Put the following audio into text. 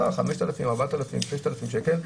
4,000 או 5,000 שקל,